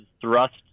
thrust